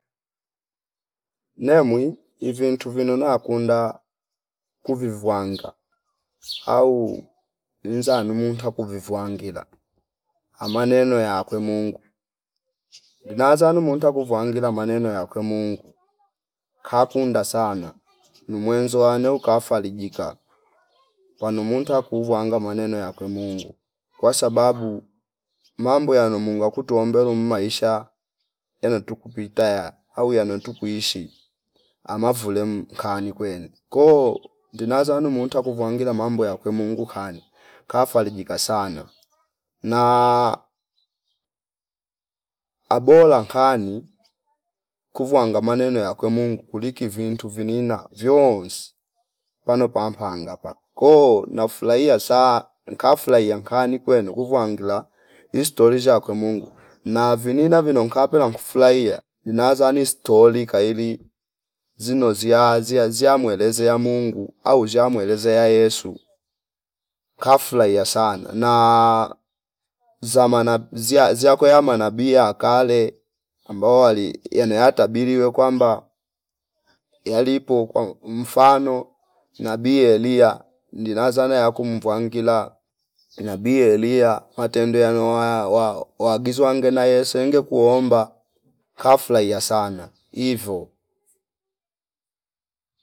Nemwi ivintu vinona na kunda kuvi vwanga au nza numu twa kuvi vwangela amaneno yakwe Mungu na zanu munta kuvwangila maneno yakwe Mungu kakunda sana ni mwenzo wane ukafarijika wanu munta kuvwa nga maneno yakwe Mungu kwasababu mambo yano munguwa kutuo mbelo ummaisha yana tukupita ya au yanwe tuku ishi ama fule mmh kanikwene ko ndinazanu monta kuvongila mambo ya kwe Mungu kani kafalijika sana na abola kani kuvuwanga maneno yakwe Mungu kuliki vintu vinina vyoonsi pano pan paphangapa ko nafurahia saa nkafulahia nka nikwenu kuvwa ngila istolisha akwe Mungu na vinina vino nkapela nkufulahia dinazani stoli kaili zino ziya, ziya- ziyamweleze ya Mungu au sha mueleze ya Yesu kafulahia sana na zamana ziya- ziyakweyamana bi yakale ambao wali yene atabiliwe kwamba yalipo kwa mmfano nabi Elia ndina zane aku mvwangila nabi Elia matendo yanowa wa- wagizwa ngene yasenge kuomba kafulahia sana hivo